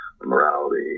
Morality